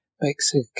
Mexico